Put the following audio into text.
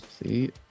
See